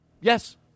Yes